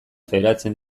federatzen